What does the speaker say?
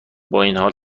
بااینحال